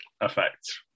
effect